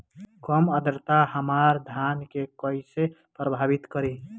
कम आद्रता हमार धान के कइसे प्रभावित करी?